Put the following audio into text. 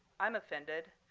i'm offended.